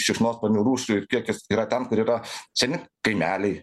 šikšnosparnių rūšių ir kiekis yra ten kur yra seni kaimeliai